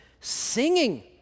singing